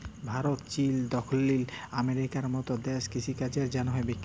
Bharat, Chile, দখ্খিল আমেরিকার মত দ্যাশ কিষিকাজের জ্যনহে বিখ্যাত